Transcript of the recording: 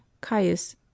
caius